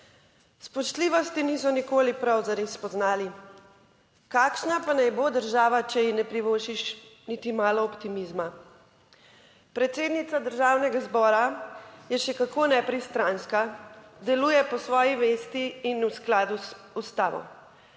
Spoštljivosti niso nikoli prav zares spoznali. Kakšna pa naj bo država, če ji ne privoščiš niti malo optimizma? Predsednica Državnega zbora je še kako nepristranska - deluje po svoji vesti in v skladu z Ustavo.